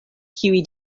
kiuj